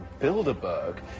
Bilderberg